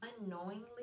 unknowingly